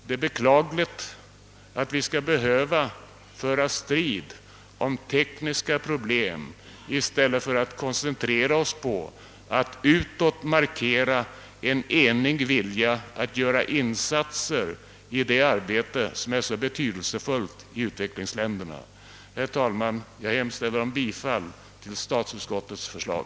Det är beklagligt att vi skall behöva föra strid om tekniska problem i stället för att koncentrera oss på att utåt markera en enig vilja att göra insatser i det arbete som är så betydelsefullt i utvecklingsländerna. Herr talman! Jag hemställer om bifall till statsutskottets förslag.